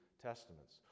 Testaments